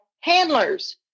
handlers